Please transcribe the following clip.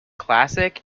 classic